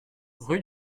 rue